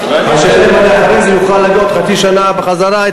ותביאו אותי לדיונים בכל ועדה שאתה תבחר.